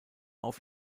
auf